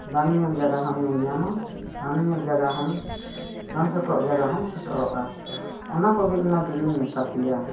ᱵᱟᱝ ᱧᱮᱞ ᱡᱟᱭᱜᱟ ᱦᱚᱢ ᱧᱮᱞ ᱧᱟᱢᱟ ᱵᱟᱝ ᱧᱮᱞ ᱡᱟᱭᱜᱟ ᱦᱚᱢ ᱵᱟᱝ ᱥᱮᱴᱮᱨᱜ ᱦᱚᱢ ᱥᱮᱴᱮᱨᱚᱜᱼᱟ ᱚᱱᱟ ᱠᱚᱜᱮ ᱤᱧᱢᱟ ᱫᱤᱱᱤᱧ ᱢᱮᱛᱟ ᱯᱮᱭᱟ